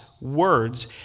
words